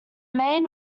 main